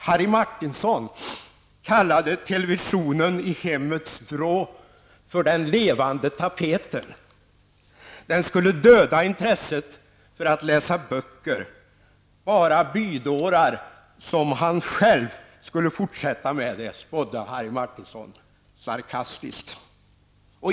Harry Martinson kallade televisionen i hemmets vrå för den levande tapeten. Den skulle döda intresset för att läsa böcker. Bara bydårar som han själv skulle fortsätta med det, spådde Harry Martinson sarkastiskt.